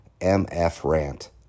MFRANT